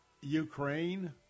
Ukraine